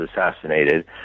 assassinated